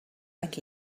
and